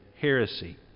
Heresy